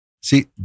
See